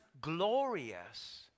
glorious